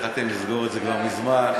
יכולתם לסגור את זה כבר מזמן,